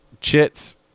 chits